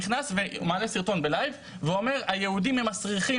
נכנס ומעלה סרטון בלייב ואומר 'היהודים הם מסריחים,